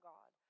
God